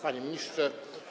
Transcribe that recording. Panie Ministrze!